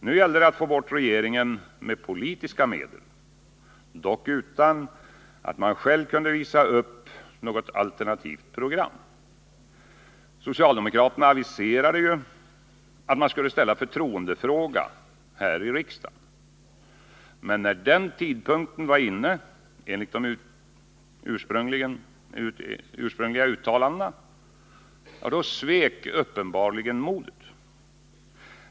Nu gällde det att få bort regeringen med politiska medel — dock utan att man själv kunde visa upp något alternativt program. Socialdemokraterna aviserade att man skulle ställa förtroendefråga här i riksdagen. Men när tidpunkten var inne — enligt de ursprungliga uttalandena — svek uppenbarligen modet.